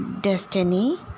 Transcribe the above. destiny